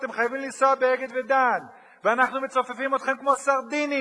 אתם חייבים לנסוע ב"אגד" ו"דן" ואנחנו מצופפים אתכם כמו סרדינים.